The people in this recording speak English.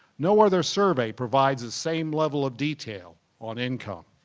no other survey provides the same level of detail on income.